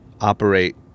operate